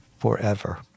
Forever